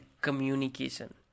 communication